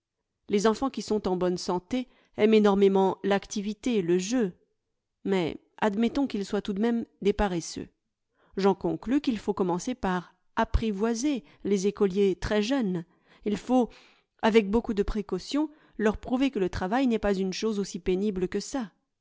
les enfants qui sont en bonne santé aiment énormément l'activité le jeu mais admettons qu'ils soient tout de même des paresseux j'en conclus qu'il faut commencer par apprivoiser les écoliers très jeunes il faut avec beaucoup de précautions leur prouver que le travail n'est pas une chose aussi pénible que ça